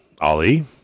Ali